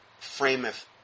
frameth